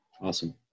Awesome